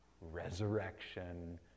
Resurrection